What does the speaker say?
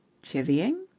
chivvying?